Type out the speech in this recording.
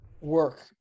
work